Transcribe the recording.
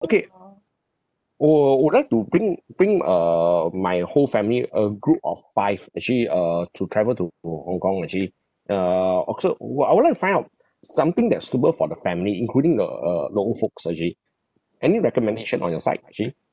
okay wo~ would like to bring bring err my whole family a group of five actually err to travel to hong kong actually err also w~ I would like to found something that's suitable for the family including the uh the old folks actually any recommendation on your side actually